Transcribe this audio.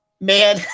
Man